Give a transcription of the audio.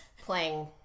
playing